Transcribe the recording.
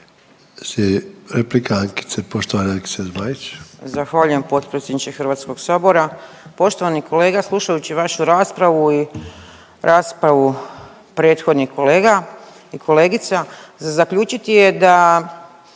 Ankice Zmajić. **Zmaić, Ankica (HDZ)** Zahvaljujem potpredsjedniče Hrvatskog sabora. Poštovani kolega slušajući vašu raspravu i raspravu prethodnih kolega i kolegica za zaključiti je da